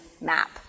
map